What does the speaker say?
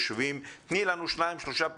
תני לנו שניים שלושה פתרונות.